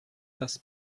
das